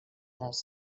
les